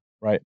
Right